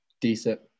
decent